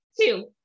two